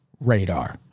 radar